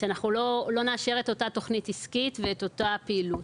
שאנחנו לא נאשר את אותה תכנית עסקית ואת אותה פעילות.